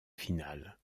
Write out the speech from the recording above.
finale